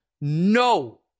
no